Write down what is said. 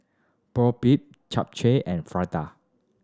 Boribap Japchae and Fritada